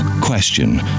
question